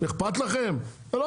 אכפת לכם?